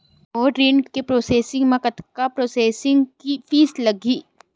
मोर ऋण के प्रोसेस म कतका प्रोसेसिंग फीस लगही?